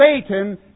Satan